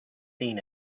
seen